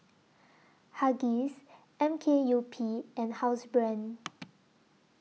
Huggies M K U P and Housebrand